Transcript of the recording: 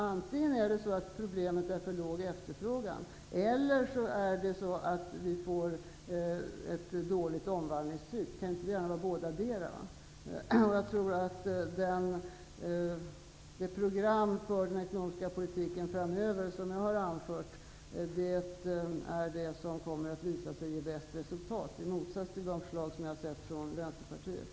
Antingen är problemet för låg efterfrågan, eller också är det att vi får ett dåligt omvandlingstryck. Det kan inte gärna vara bådadera. Jag tror att det är det program för den ekonomiska politiken framöver som jag har anfört som kommer att visa sig ge bäst resultat och inte de förslag som jag har sett från Vänsterpartiet.